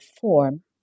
form